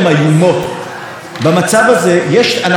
במצב הזה אנחנו יודעים מה צריך לעשות,